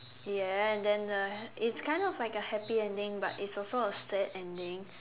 ya and then uh it's kind of like a happy ending but it's also a sad ending